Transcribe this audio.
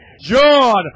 John